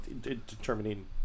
determining